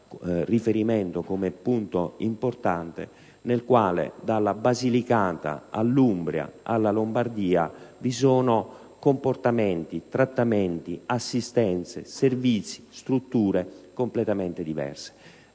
riferimento come punto importante. Da tale studio risulta che dalla Basilicata all'Umbria fino alla Lombardia vi sono comportamenti, trattamenti, assistenze, servizi e strutture completamente diversi.